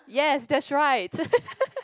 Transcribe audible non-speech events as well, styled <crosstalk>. yes that's right <laughs>